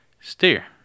steer